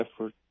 effort